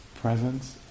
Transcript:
presence